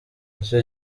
icyo